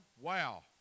Wow